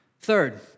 Third